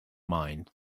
mind